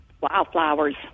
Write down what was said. wildflowers